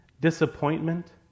disappointment